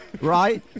Right